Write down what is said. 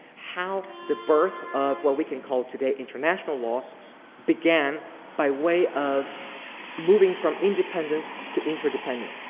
how the birth of what we can call today international law began by way of moving from independence to interdependence.